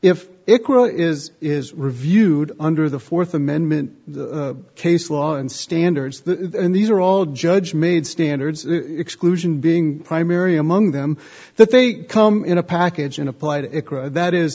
if it is is reviewed under the fourth amendment case law and standards and these are all judge made standards exclusion being primary among them that they come in a package and applied it that is